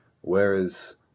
Whereas